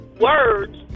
words